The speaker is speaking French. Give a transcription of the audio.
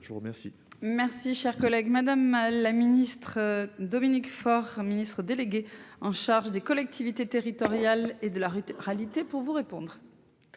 Je vous remercie,